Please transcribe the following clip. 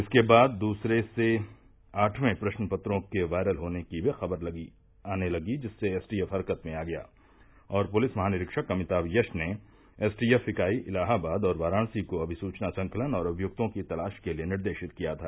इसके बाद दूसरे से आठवें प्रश्नपत्रों के वायरल होने की ख़बर आने लगी जिससे एसटीएफ हरकत में आ गया और पुलिस महानिरीक्षक अमिताम यश ने एसटीएफ इकाई इलाहाबाद और वाराणसी को अभिसूचना संकलन और अभियुक्तों की तलाश के लिए निर्देशित किया था